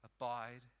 abide